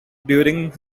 during